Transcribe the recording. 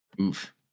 Oof